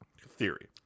theory